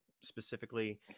specifically